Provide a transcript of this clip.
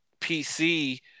PC